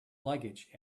luggage